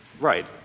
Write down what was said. Right